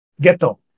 Ghetto